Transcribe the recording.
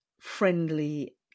friendly